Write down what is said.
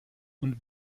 und